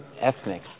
ethnic